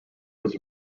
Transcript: was